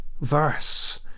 verse